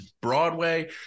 Broadway